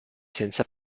senza